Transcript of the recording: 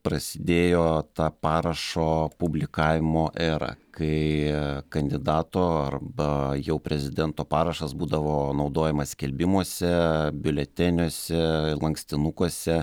prasidėjo ta parašo publikavimo era kai kandidato arba jau prezidento parašas būdavo naudojamas skelbimuose biuleteniuose lankstinukuose